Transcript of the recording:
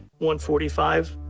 145